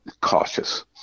cautious